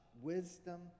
wisdom